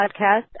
podcast